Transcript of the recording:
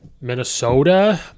Minnesota